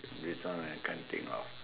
this one I can't think of